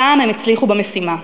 הפעם הם הצליחו במשימה.